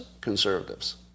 conservatives